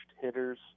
hitters